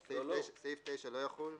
(9)סעיפים 9 לא יחול.